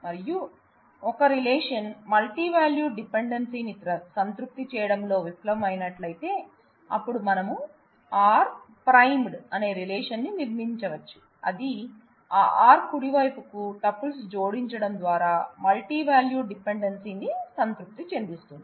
మరియు ఒక relation multi valued dependency ని సంతృప్తి చేయడంలో విఫలమైనట్లయితే అప్పుడు మనం R ప్రైండ్ అనే రిలేషన్ ని నిర్మించవచ్చు ఇది ఆ r కుడివైపుకు టూపుల్స్ జోడించడం ద్వారా మల్టీ వాల్యూడ్ డిపెండెన్సీ ని సంతృప్తి చెందిస్తుంది